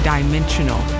dimensional